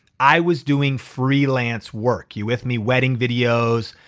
i was doing freelance work. you with me? wedding videos,